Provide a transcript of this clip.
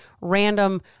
random